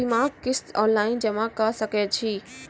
बीमाक किस्त ऑनलाइन जमा कॅ सकै छी?